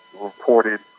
reported